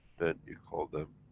then you call them,